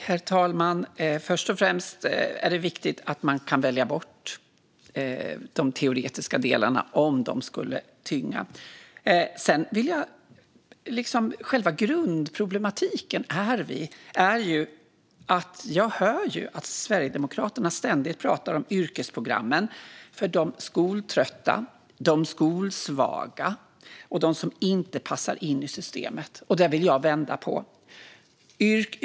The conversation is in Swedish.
Herr talman! Först och främst är det viktigt att veta att man kan välja bort de teoretiska delarna om de skulle tynga. Själva grundproblematiken är dock att jag hör att Sverigedemokraterna ständigt pratar om yrkesprogrammen för de skoltrötta, de skolsvaga och dem som inte passar in i systemet. Det vill jag vända på.